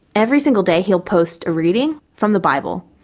every single day he will post a reading from the bible,